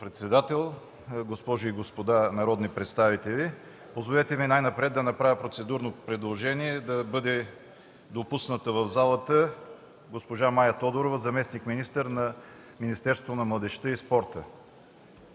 председател, уважаеми господа народни представители! Позволете ми най-напред да направя процедурно предложение да бъде допусната в залата госпожа Мая Тодорова – заместник-министър на младежта и спорта.